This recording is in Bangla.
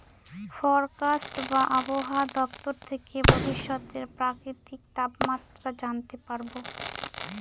ফরকাস্ট বা আবহাওয়া দপ্তর থেকে ভবিষ্যতের প্রাকৃতিক তাপমাত্রা জানতে পারবো